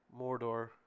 Mordor